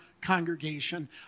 congregation